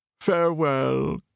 farewell